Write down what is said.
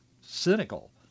cynical